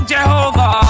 Jehovah